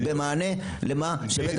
זה במענה למה שבית המשפט אמר.